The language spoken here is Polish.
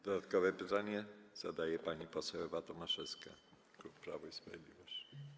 Dodatkowe pytanie zadaje pani poseł Ewa Tomaszewska, klub Prawo i Sprawiedliwość.